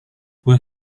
buah